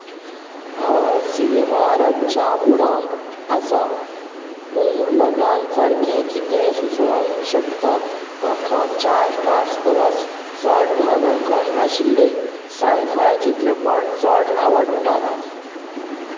हांव सिनेमा रातच्या मुडांत आसा तूं लगान सारकें कितें सुचोवंक शकता म्हाका चार स्टार्स परस चड मानांकन आशिल्लें साय फाय चित्रपट चड आवडटात